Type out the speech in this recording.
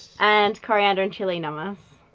and coriander and chili namas.